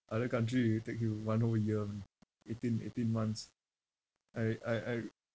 other country will really take you one whole year man eighteen eighteen months I I I